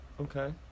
Okay